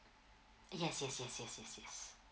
yes yes yes yes yes yes